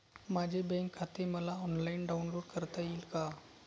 माझे बँक खाते मला ऑनलाईन डाउनलोड करता येईल का?